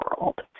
world